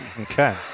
Okay